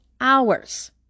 hours